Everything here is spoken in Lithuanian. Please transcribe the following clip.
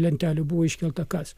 lentelių buvo iškelta kas